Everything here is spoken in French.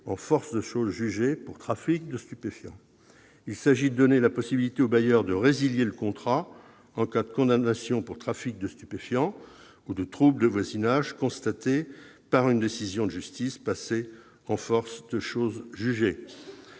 en force de chose jugée pour trafic de stupéfiants. Il s'agit de donner la possibilité au bailleur de résilier le contrat en cas de condamnation pour trafic de stupéfiants ou de troubles de voisinage constatés par une décision de justice passée en force de chose jugée.